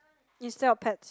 instead of pets